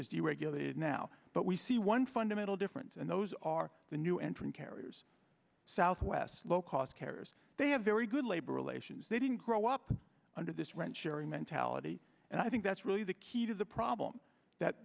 was deregulated now but we see one fundamental difference and those are the new entrant carriers southwest low cost carriers they have very good labor relations they didn't grow up under this rent sharing mentality and i think that's really the key to the problem that